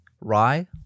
Rye